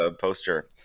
poster